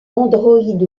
android